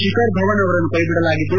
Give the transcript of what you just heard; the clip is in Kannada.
ಶಿಖರ್ಧವನ್ ಅವರನ್ನು ಕ್ಲೆಬಿಡಲಾಗಿದ್ದು